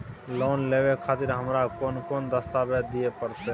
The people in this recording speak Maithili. लोन लेवे खातिर हमरा कोन कौन दस्तावेज दिय परतै?